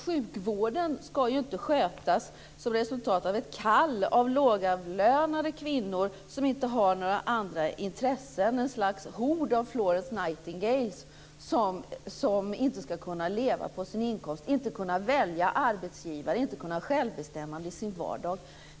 Sjukvården ska inte skötas som resultat av ett kall för lågavlönade kvinnor som inte har några andra intressen - ett slags hord av Florence Nightingales som inte ska kunna leva på sin inkomst, inte kunna välja arbetsgivare, inte kunna ha självbestämmande i sin vardag.